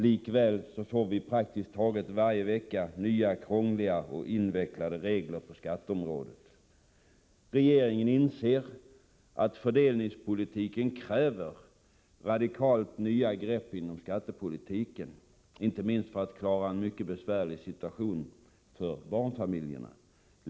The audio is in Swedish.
Likväl får vi praktiskt taget varje vecka nya krångliga och invecklade regler på skatteområdet. Regeringen inser att fördelningspolitiken kräver radikalt nya grepp inom skattepolitiken, inte minst för att klara en mycket besvärlig ekonomisk situation för barnfamiljerna.